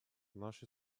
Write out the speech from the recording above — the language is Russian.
нашей